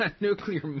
Nuclear